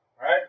Right